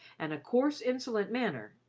and a coarse, insolent manner,